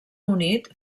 unit